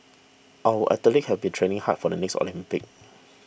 our athlete have been training hard for the next Olympics